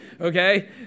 Okay